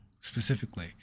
specifically